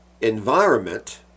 environment